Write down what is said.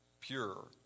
pure